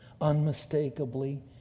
unmistakably